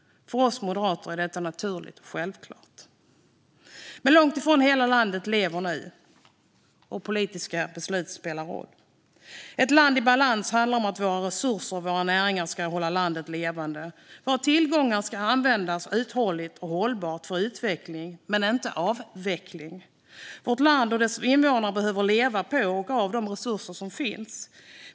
För oss moderater är detta naturligt och självklart. Men långt ifrån hela landet lever nu, och politiska beslut spelar roll. Ett land i balans handlar om att våra resurser och våra näringar ska hålla landet levande. Våra tillgångar ska användas uthålligt och hållbart för utveckling men inte avveckling. Vårt land och dess invånare behöver kunna leva på och av de resurser som finns.